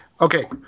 Okay